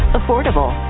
affordable